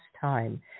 time